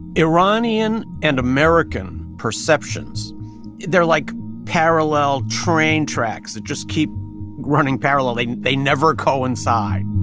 iranian and american perceptions they're like parallel train tracks that just keep running parallel. they they never coincide